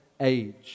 age